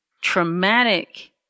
traumatic